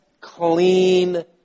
clean